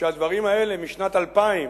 שהדברים האלה משנת 2000,